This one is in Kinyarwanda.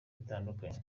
bitandukanye